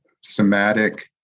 somatic